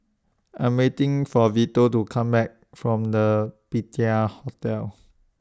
I'm waiting For Vito to Come Back from The Patina Hotel